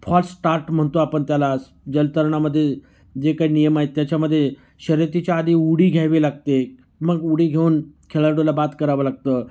false start म्हणतो आपण त्याला स जलतरणामध्ये जे काही नियम आहेत त्याच्यामध्ये शर्यतीच्या आधी उडी घ्यावी लागते मग उडी घेऊन खेळाडूला बाद करावं लागतं